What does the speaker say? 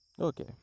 okay